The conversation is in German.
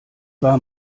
war